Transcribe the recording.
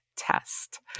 test